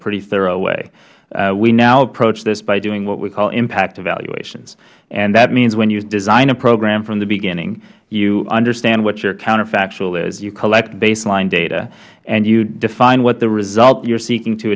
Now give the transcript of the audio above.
pretty thorough way we now approach this by doing what we call impact evaluations that means when you design a program from the beginning you understand what your counterfactual is you collect baseline data and you define what the result you are seeking to